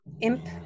imp